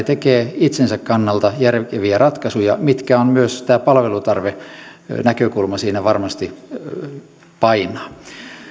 tekevät itsensä kannalta järkeviä ratkaisuja ja myös tämä palvelutarvenäkökulma siinä varmasti painaa